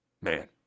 Man